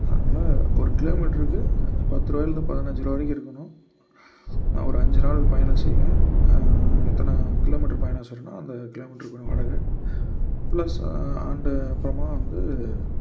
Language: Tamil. அதனாலே ஒரு கிலோமீட்டருக்கு பத்து ரூபாய்லருந்து பதினஞ்சு ரூபா வரைக்கும் இருக்கணும் நான் ஒரு அஞ்சு நாள் பயணம் செய்வேன் எத்தனை கிலோமீட்டர் பயணம் செய்கிறேனோ அந்த கிலோமீட்டருக்கான வாடகை ப்ளஸ் அந்த அப்புறமா வந்து